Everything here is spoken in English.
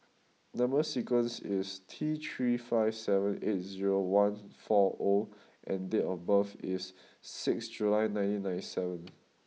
number sequence is T three five seven eight zero one four O and date of birth is sixth July nineteen ninety seven